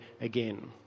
again